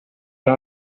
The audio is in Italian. con